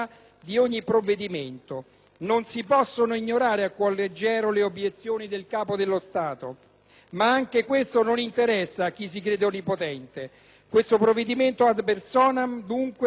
Non si possono ignorare a cuor leggero le obiezioni del Capo dello Stato, ma anche questo non interessa a chi si crede onnipotente. Questo provvedimento *ad personam*, dunque, è uno strumento vile,